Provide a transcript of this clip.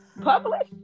Published